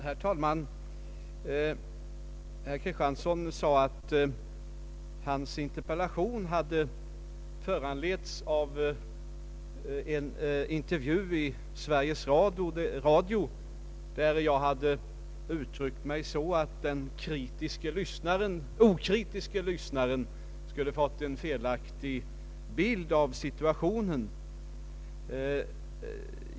Herr talman! Herr Axel Kristiansson sade att hans interpellation hade föranletts av en intervju i Sveriges Radio, där jag hade uttryckt mig så att den okritiske lyssnaren kunde få en felaktig bild av situationen.